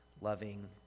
loving